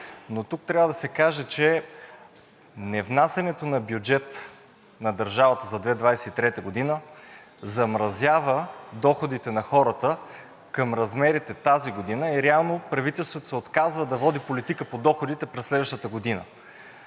но тук трябва да се каже, че невнасянето на бюджет на държавата за 2023 г. замразява доходите на хората към размерите тази година и реално правителството се отказва да води политика по доходите през следващата година.